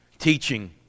teaching